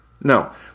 No